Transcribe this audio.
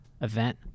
event